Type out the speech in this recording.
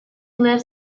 lives